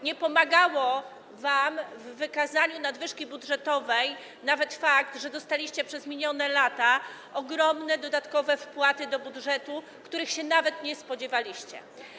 Nie pomagał wam w wykazaniu nadwyżki budżetowej nawet fakt, że dostaliście przez minione lata ogromne dodatkowe wpłaty do budżetu, których się nawet nie spodziewaliście.